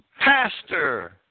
pastor